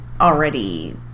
already